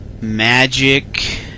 magic